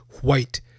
white